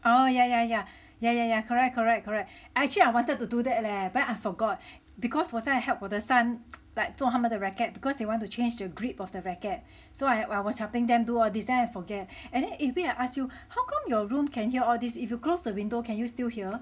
oh ya ya ya ya ya ya correct correct correct actually I wanted to do that leh but I forgot because 我在 help 我的 son like 做他们的 racket because he want to change the grip of the racket so I was helping them do ah these then I forget and then wait I ask you how come your room can hear all these if you close the window can you still hear